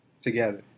together